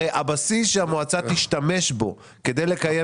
הרי הבסיס שהמועצה תשתמש בו כדי לקיים